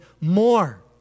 more